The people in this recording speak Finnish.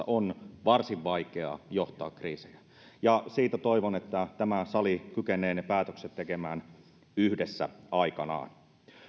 on varsin vaikeaa johtaa kriisejä siitä toivon että tämä sali kykenee ne päätökset tekemään yhdessä aikanaan